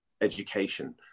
education